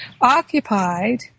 occupied